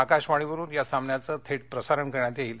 आकाशवाणीवरून या सामन्याचं थेट प्रसारण करण्यात येईल